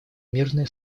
мирное